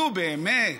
נו, באמת.